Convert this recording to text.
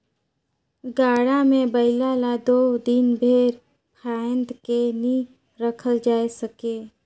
गाड़ा मे बइला ल दो दिन भेर फाएद के नी रखल जाए सके